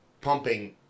pumping